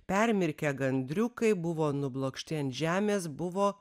permirkę gandriukai buvo nublokšti ant žemės buvo